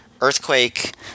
Earthquake